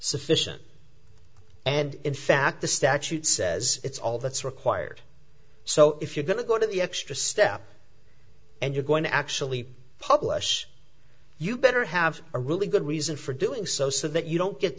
sufficient and in fact the statute says it's all that's required so if you're going to go to the extra step and you're going to actually publish you better have a really good reason for doing so so that you don't get